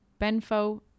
Benfo